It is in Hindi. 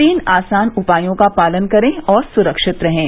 तीन आसान उपायों का पालन करें और सुरक्षित रहें